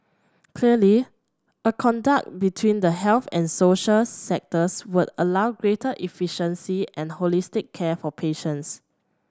clearly a conduct between the health and social sectors would allow greater efficiency and holistic care for patients